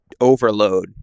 overload